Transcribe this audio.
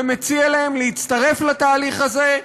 ומציע להם להצטרף לתהליך הזה,